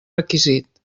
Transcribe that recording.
requisit